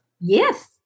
Yes